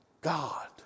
God